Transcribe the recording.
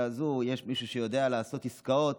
הזו יש מישהו שיודע לעשות עסקאות,